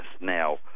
now